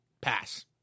pass